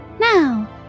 Now